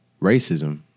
racism